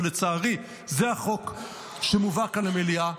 ולצערי זה החוק שמובא כאן למליאה,